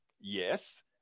Yes